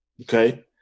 okay